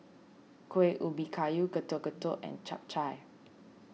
Kuih Ubi Kayu Getuk Getuk and Chap Chai